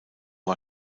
war